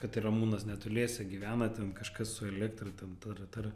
kad ir ramūnas netoliese gyvena ten kažkas su elektra ten tara tara